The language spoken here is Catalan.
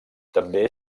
també